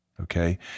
Okay